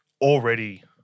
already